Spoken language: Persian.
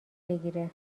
بگیره